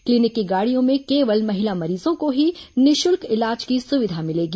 clinic की गाड़ियों में केवल महिला मरीजों को ही निःशुल्क इलाज की सुविधा मिलेगी